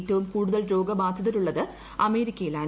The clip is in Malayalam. ഏറ്റവും കൂടുതൽ രോഗബാധിതരുള്ളത് അമേരിക്കയിലാണ്